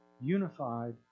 unified